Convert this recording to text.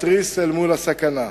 מתריס אל מול הסכנה,